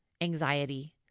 anxiety